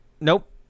Nope